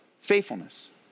Faithfulness